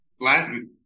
Latin